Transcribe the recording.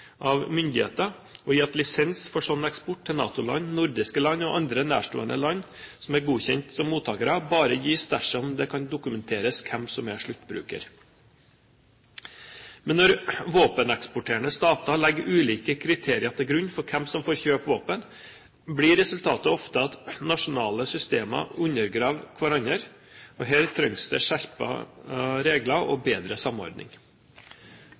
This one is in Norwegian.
av myndigheter, og i at lisens for slik eksport til NATO-land, nordiske land og andre nærstående land som er godkjent som mottakere, bare gis dersom det kan dokumenteres hvem som er sluttbruker. Men når våpeneksporterende stater legger ulike kriterier til grunn for hvem som får kjøpe våpen, blir resultatet ofte at nasjonale systemer undergraver hverandre. Her trengs det skjerpede regler og bedre samordning.